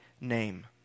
name